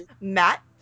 Matt